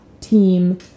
team